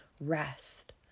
rest